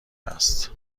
است